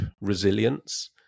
resilience